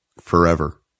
forever